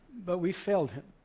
but we failed him.